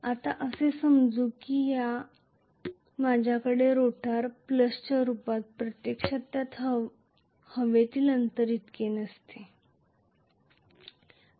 आता असे समजू या की माझ्याकडे रोटर आहे च्या रूपात प्रत्यक्षात त्यात हवेतील अंतर इतके नसते